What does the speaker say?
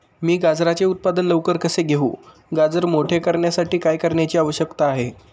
मी गाजराचे उत्पादन लवकर कसे घेऊ? गाजर मोठे करण्यासाठी काय करण्याची आवश्यकता आहे?